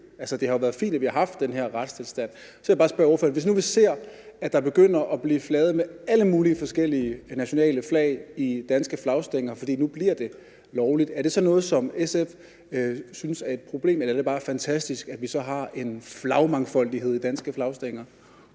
Det har jo været fint, at vi har haft den her retstilstand. Så vil jeg bare spørge ordføreren om noget: Hvis nu vi ser, at der begynder at blive flaget med alle mulige nationale flag i danske flagstænger, fordi det nu bliver lovligt, er det så noget, som SF synes er et problem, eller er det bare fantastisk, at vi så har en flagmangfoldighed i danske flagstænger?